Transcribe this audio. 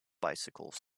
bicycles